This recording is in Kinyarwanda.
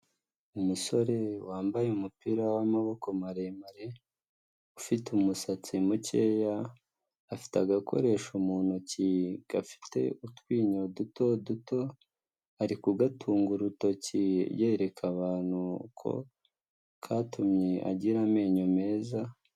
Umusore wambaye umupira w'amaboko maremare, ufite umusatsi mukeya afite agakoresho mu ntoki gafite utwinyo duto duto ari kugatunga urutoki yereka abantu ko katumye agira amenyo meza.